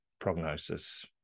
prognosis